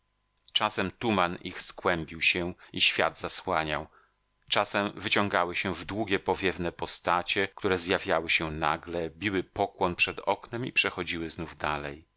czasem tuman ich skłębił się i świat zasłaniał czasem wyciągały się w długie powiewne postacie które zjawiały się nagle biły pokłon przed oknem i przechodziły znów dalej